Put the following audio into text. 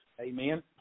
Amen